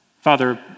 Father